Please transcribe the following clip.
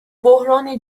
بحران